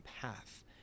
path